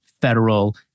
federal